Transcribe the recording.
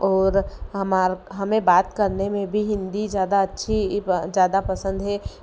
और हमारा हमें बात करने में भी हिंदी ज़्यादा अच्छी ज़्यादा पसंद है